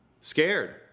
scared